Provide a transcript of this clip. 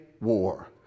war